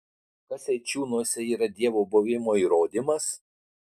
kas eičiūnuose yra dievo buvimo įrodymas